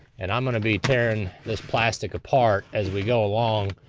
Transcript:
and i'm gonna be tearing this plastic apart as we go along,